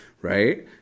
right